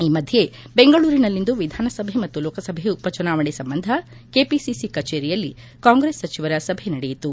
ಈ ಮಧ್ಯೆ ಬೆಂಗಳೂರಿನಲ್ಲಿಂದು ವಿಧಾನಸಭೆ ಮತ್ತು ಲೋಕಸಭೆ ಉಪಚುನಾವಣೆ ಸಂಬಂಧ ಕೆಪಿಸಿಸಿ ಕಚೇರಿಯಲ್ಲಿ ಕಾಂಗ್ರೆಸ್ ಸಚಿವರ ಸಭೆ ನಡೆಯಿತು